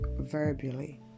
verbally